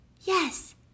Yes